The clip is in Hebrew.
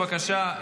אז תוסיפו בבקשה.